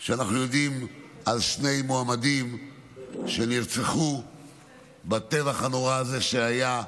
אנחנו יודעים ששני מועמדים נרצחו בטבח הנורא הזה שהיה,